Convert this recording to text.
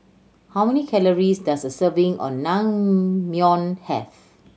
how many calories does a serving of Naengmyeon have